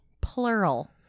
plural